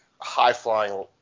high-flying